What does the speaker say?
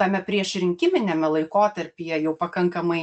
tame priešrinkiminiame laikotarpyje jau pakankamai